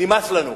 נמאס לנו,